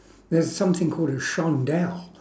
there's something called a chandelle